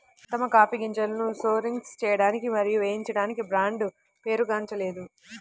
ఉత్తమ కాఫీ గింజలను సోర్సింగ్ చేయడానికి మరియు వేయించడానికి బ్రాండ్ పేరుగాంచలేదు